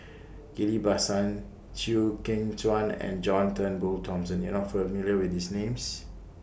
Ghillie BaSan Chew Kheng Chuan and John Turnbull Thomson YOU Are not familiar with These Names